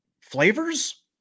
flavors